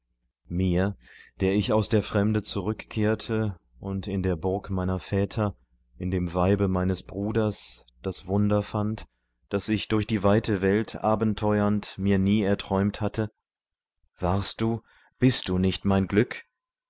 mir der ich aus der fremde zurückkehrte und in der burg meiner väter in dem weibe meines bruders das wunder fand das ich durch die weite welt abenteuernd mir nie erträumt hatte warst du bist du nicht mein glück